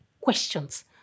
questions